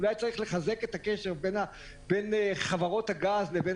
אולי צריך לחזק את הקשר בין חברות הגז לבין